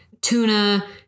tuna